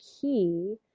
key